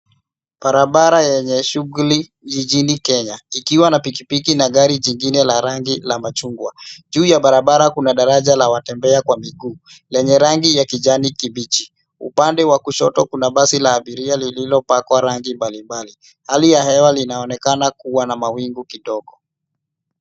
Barabara yenye shughuli jijini kenya ikiwa na piki piki na gari jingine la rangi la machungwa juu ya barabara kuna daraja la watembea kwa mguu lenye rangi ya kijani kibichi upande wa kushoto kuna basi la abiria lililopakwa rangi mbali mbali hali ya hewa linaonekana kuwa na mawingu kidogo.